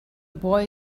boy